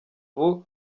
ubu